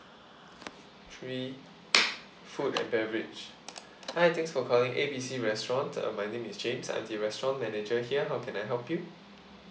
three food and beverage hi thanks for calling A B C restaurant uh my name is james I'm the restaurant manager here how can I help you